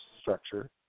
structure